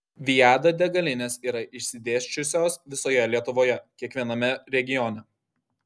viada degalinės yra išsidėsčiusios visoje lietuvoje kiekviename regione